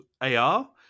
AR